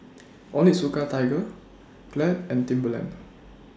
Onitsuka Tiger Glad and Timberland